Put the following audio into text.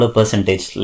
percentage